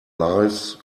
lives